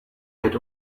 had